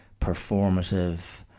performative